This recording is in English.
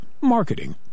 marketing